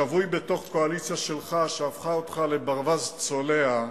שבוי בתוך הקואליציה שלך שהפכה אותך לברווז צולע,